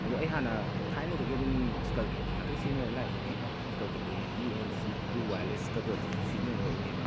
ꯑꯗꯣ ꯑꯩ ꯍꯥꯟꯅ ꯊꯥꯏꯅꯗꯒꯤ ꯑꯗꯨꯝ ꯁ꯭ꯀꯜꯀꯦꯟꯗꯤ ꯉꯥꯛꯇ ꯁꯤꯖꯤꯟꯅꯔꯒ ꯂꯥꯛꯏꯅꯤ ꯁ꯭ꯀꯜꯀꯦꯟꯗꯤ ꯑꯦꯅꯤ ꯑꯦꯟꯁꯤ ꯇ꯭ꯔꯨ ꯋꯦꯌꯥꯔꯂꯦꯁꯀꯗꯣ ꯑꯗꯨꯁꯨꯨ ꯁꯤꯖꯤꯟꯅꯔꯛꯏꯅꯦꯕ